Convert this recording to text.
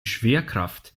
schwerkraft